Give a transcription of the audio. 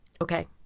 Okay